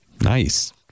Nice